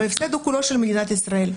וההפסד הוא כולו של מדינת ישראל.